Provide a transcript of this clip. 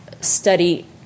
study